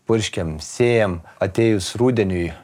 purškiam sėjam atėjus rudeniui